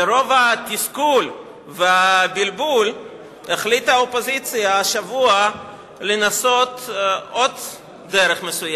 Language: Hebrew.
מרוב התסכול והבלבול החליטה האופוזיציה השבוע לנסות עוד דרך מסוימת,